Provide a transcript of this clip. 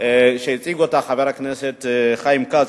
שהציג אותה חבר הכנסת חיים כץ,